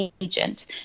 agent